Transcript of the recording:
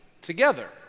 together